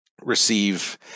receive